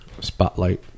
spotlight